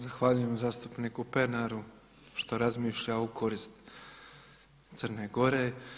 Zahvaljujem zastupniku Pernaru što razmišlja u korist Crne Gore.